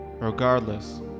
regardless